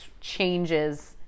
changes